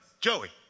Joey